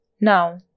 Now